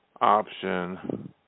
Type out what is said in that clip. option